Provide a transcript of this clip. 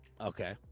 Okay